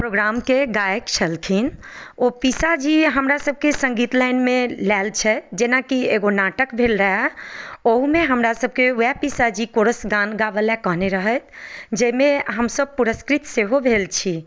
प्रोग्रामके गायक छलखिन ओ पीसाजी हमरा सभके सङ्गीत लाइनमे लायल छथि जेनाकि एकगो नाटक भेल रहै ओहूमे हमरा सभके वएह पीसाजी कोरस गान गाबै लए कहने रहथि जाहिमे हम सभ पुरस्कृत सेहो भेल छी